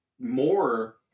more